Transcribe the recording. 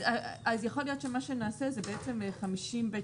יכול להיות שמה שנעשה זה בעצם 50ב2,